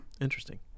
Interesting